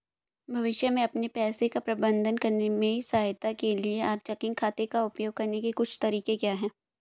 भविष्य में अपने पैसे का प्रबंधन करने में सहायता के लिए आप चेकिंग खाते का उपयोग करने के कुछ तरीके क्या हैं?